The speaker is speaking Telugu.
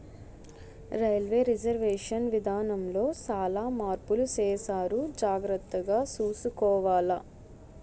రైల్వే రిజర్వేషన్ విధానములో సాలా మార్పులు సేసారు జాగర్తగ సూసుకోవాల